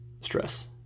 stress